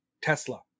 Tesla